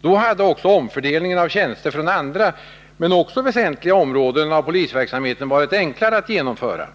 Då hade också omfördelningen av tjänster från andra — men också väsentliga — områden av polisverksamheten varit enklare att genomföra.